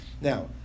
Now